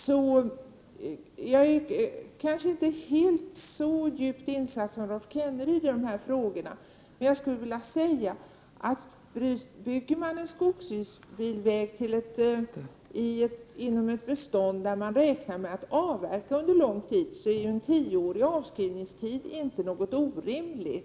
Jag är kanske inte helt så grundligt insatt i dessa frågor som Rolf Kenneryd, men jag skulle vilja säga att om man bygger 29 en skogsbilväg inom ett skogsbestånd där man räknar med att avverka under lång tid är ju en tioårig avskrivningstid inte något orimligt.